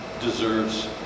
deserves